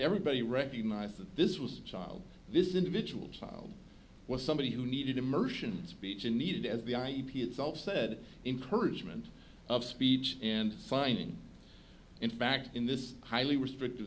everybody recognized that this was a child this individual child was somebody who needed immersion speech and needed at the ip itself said encouragement of speech and finding in fact in this highly restricted